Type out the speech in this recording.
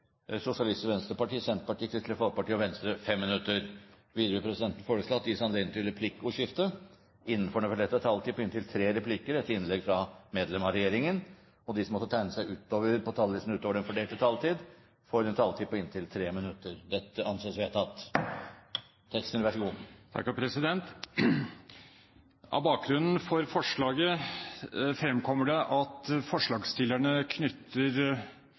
Sosialistisk Venstreparti, Senterpartiet, Kristelig Folkeparti og Venstre 5 minutter hver. Videre vil presidenten foreslå at det gis anledning til replikkordskifte på inntil tre replikker med svar etter innlegg fra medlem av regjeringen innenfor den fordelte taletid. Videre blir det foreslått at de som måtte tegne seg på talerlisten utover den fordelte taletid, får en taletid på inntil 3 minutter. – Dette anses vedtatt. Av bakgrunnen for Dokument 8-forslaget fremkommer det at forslagsstillerne